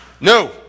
no